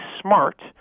smart